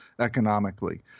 economically